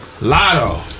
Lotto